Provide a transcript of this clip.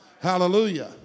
Hallelujah